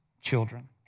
children